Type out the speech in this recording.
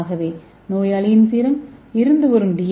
ஆகவே நோயாளியின் சீரம் இருந்து வரும் டி